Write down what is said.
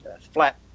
flat